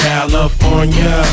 California